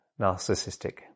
narcissistic